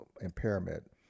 impairment